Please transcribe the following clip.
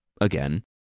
again